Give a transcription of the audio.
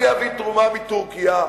אני אביא תרומה מטורקיה,